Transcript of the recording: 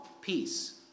peace